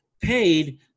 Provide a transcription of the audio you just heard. paid